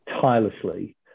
tirelessly